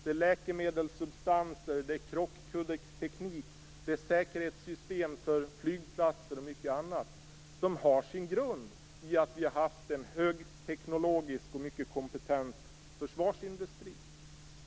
Det är läkemedelssubstanser, det är krockkuddeteknik, det är säkerhetssystem för flygplatser och mycket annat. Detta har sin grund i att vi har haft en högteknologisk och mycket kompetent försvarsindustri.